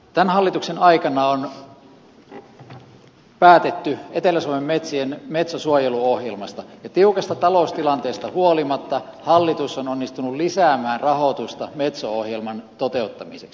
tämän hallituksen aikana on päätetty etelä suomen metsien metso suojeluohjelmasta ja tiukasta taloustilanteesta huolimatta hallitus on onnistunut lisäämään rahoitusta metso ohjelman toteuttamiseksi